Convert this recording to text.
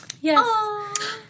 Yes